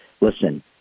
listen